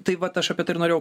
tai vat aš apie tai ir norėjau